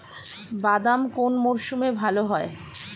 বাদাম কোন মরশুমে ভাল হয়?